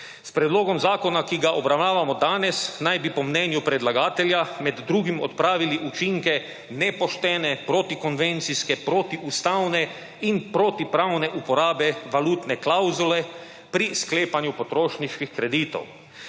S predlogom zakona, ki ga obravnavamo danes, naj bi po mnenju predlagatelja med drugim odpravili učinke nepoštene, protikonvencijske, protiustavne in protipravne uporabe valutne klavzule pri sklepanju potrošniških kreditov.